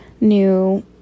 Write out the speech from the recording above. new